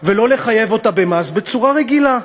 הזאת ולא לחייב אותה במס בצורה רגילה?